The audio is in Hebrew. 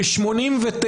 ב-1989,